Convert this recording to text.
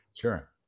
sure